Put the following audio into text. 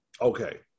Okay